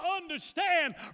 understand